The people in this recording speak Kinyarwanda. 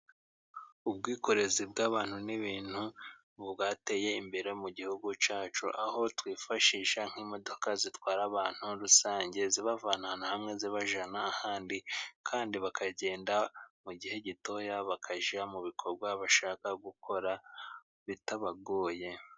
Ubwikorezi bw'abantu n'ibintu bwateye imbere mu gihugu cyacu, aho twifashisha nk'imodoka zitwara abantu rusange zibavana ahantu hamwe zibajyana ahandi, kandi bakagenda mu gihe gitoya bakajya mu bikorwa bashaka gukora bitabagoye.